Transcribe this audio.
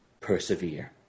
persevere